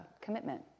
commitment